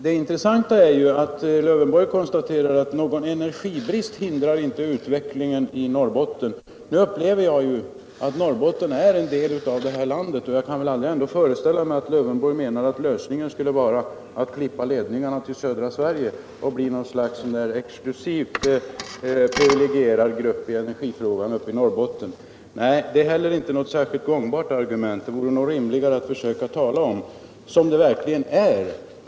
Det intressanta är ju att — Svealand och Alf Lövenborg konstaterar att någon energibrist inte hindrar utvecklingen — Norrland i Norrbotten. Jag upplever att Norrbotten är en del av det här landet, och jag kan inte föreställa mig att Alf Lövenborg menar att lösningen skulle vara att klippa av ledningarna till södra Sverige och att Norrbotten därmed skulle bli något slags exklusivt privilegierad grupp i energifrågan. Detta är inte heller något särskilt gångbart argument. Det vore rimligare att säga som det är.